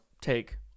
take